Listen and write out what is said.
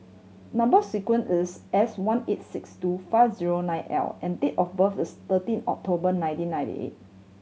number sequence is S one eight six two five zero nine L and date of birth is thirteen October nineteen ninety eight